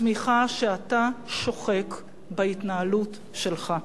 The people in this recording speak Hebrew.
התמיכה שאתה שוחק בהתנהלות שלך.